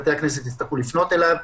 בתי הכנסת יצטרכו לפנות אליו.